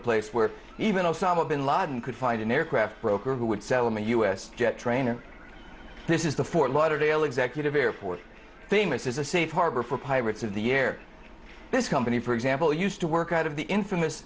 of place where even osama bin laden could find an aircraft broker who would sell him a u s jet trainer this is the fort lauderdale executive airport famous is a safe harbor for pirates of the year this company for example used to work out of the infamous